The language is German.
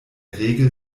regel